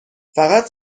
فقط